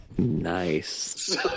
nice